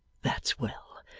that's well.